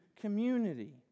community